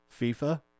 FIFA